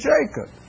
Jacob